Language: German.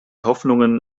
hoffnungen